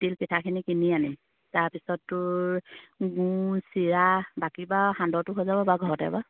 তিল পিঠাখিনি কিনি আনি তাৰপিছত তোৰ গুড় চিৰা বাকী বাৰু সান্দহটো হৈ যাব বাৰু ঘৰতে বাৰু